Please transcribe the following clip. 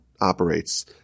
operates